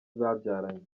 babyaranye